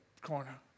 corner